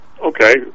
Okay